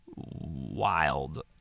wild